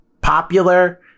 popular